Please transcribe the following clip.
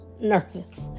nervous